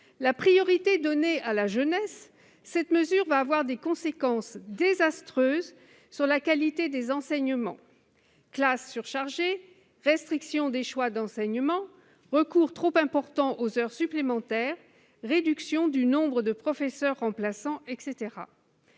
la priorité donnée à la jeunesse, cette mesure va emporter des conséquences désastreuses sur la qualité des enseignements : classes surchargées, restriction des choix d'enseignements, recours trop important aux heures supplémentaires, réduction du nombre de professeurs remplaçants, etc.